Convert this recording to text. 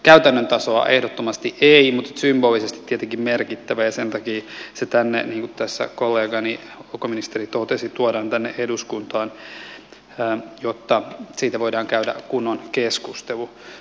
käytännön tasolla ehdottomasti ei mutta symbolisesti tietenkin merkittävää ja sen takia se niin kuin tässä kollegani ulkoministeri totesi tuodaan tänne eduskuntaan jotta siitä voidaan käydä kunnon keskustelu